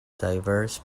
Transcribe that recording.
diverse